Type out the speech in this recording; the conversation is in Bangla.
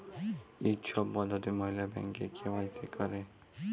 ই ছব পদ্ধতি ম্যাইলে ব্যাংকে কে.ওয়াই.সি ক্যরে